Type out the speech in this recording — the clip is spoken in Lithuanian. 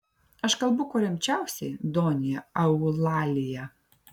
aš kalbu kuo rimčiausiai donja eulalija